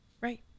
right